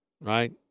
right